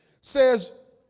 says